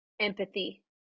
empathy